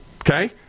okay